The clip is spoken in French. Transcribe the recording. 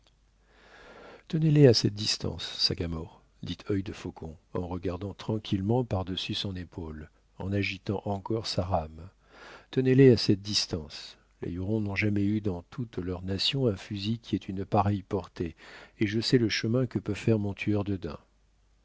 tenez les à cette distance sagamore dit œil de faucon en regardant tranquillement par-dessus son épaule en agitant encore sa rame tenez les à cette distance les hurons n'ont jamais eu dans toute leur nation un fusil qui ait une pareille portée et je sais le chemin que peut faire mon